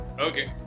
Okay